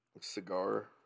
Cigar